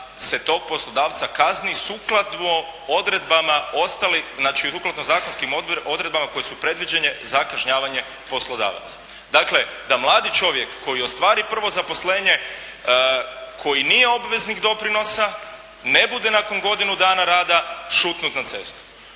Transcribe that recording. odredbama ostalih znači sukladno zakonskih odredbama koje su predviđene za kažnjavanje poslodavaca. Dakle da mladi čovjek koji ostvari prvo zaposlenje, koji nije obveznik doprinosa, ne bude nakon godinu dana rada šutnut na cestu.